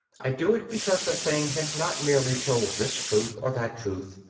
i do it because the thing has not merely told this truth or that truth,